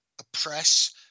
oppress